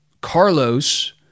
Carlos